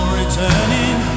returning